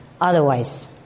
otherwise